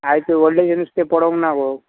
आयज व्हडलेंशें नुस्तें पडोंक ना गो